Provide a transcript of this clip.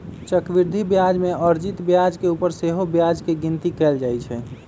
चक्रवृद्धि ब्याज में अर्जित ब्याज के ऊपर सेहो ब्याज के गिनति कएल जाइ छइ